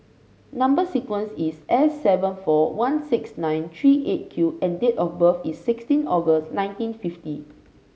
number sequence is S seven four one six nine three Eight Q and date of birth is sixteen August nineteen fifty